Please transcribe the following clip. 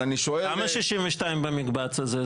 אבל אני שואל --- למה 62 במקבץ הזה?